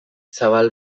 zabal